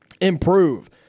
improve